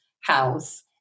house